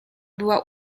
była